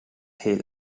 hill